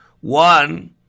One